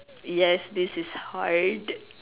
yes this is hard